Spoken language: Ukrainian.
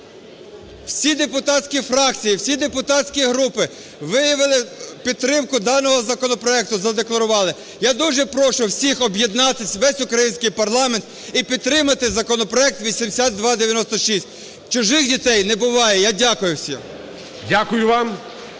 Всі депутатські фракції, всі депутатські групи виявили підтримку даного законопроекту, задекларували. Я дуже прошу всіх об'єднатись, увесь український парламент, і підтримати законопроект 8296. Чужих дітей не буває! Я дякую всім. ГОЛОВУЮЧИЙ.